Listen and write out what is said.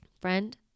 Friend